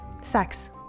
sex